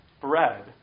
bread